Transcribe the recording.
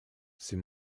c’est